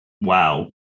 wow